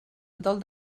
del